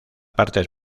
partes